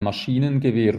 maschinengewehr